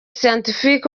scientific